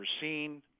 seen